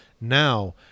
now